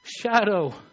shadow